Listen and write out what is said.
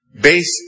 based